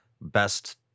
Best